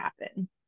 happen